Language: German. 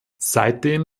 seitdem